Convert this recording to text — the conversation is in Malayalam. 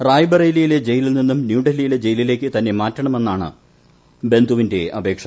റായ്ബറേലിയിലെ ജയിലിൽ നിന്നും ന്യൂഡൽഹിയിലെ ജയിലിലേക്ക് തന്നെ മാറ്റണമെന്നാണ് ബന്ധുവിന്റെ അപേക്ഷ